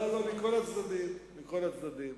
לא, לא, מכל הצדדים, מכל הצדדים.